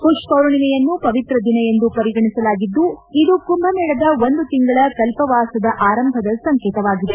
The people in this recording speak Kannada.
ಪುಷ್ ಪೌರ್ಣಿಮೆಯನ್ನು ಪವಿತ್ರ ದಿನ ಎಂದು ಪರಿಗಣಿಸಲಾಗಿದ್ದು ಇದು ಕುಂಭ ಮೇಳದ ಒಂದು ತಿಂಗಳ ಕಲ್ಪವಾಸದ ಆರಂಭದ ಸಂಕೇತವಾಗಿದೆ